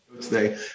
today